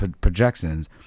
projections